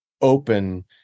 open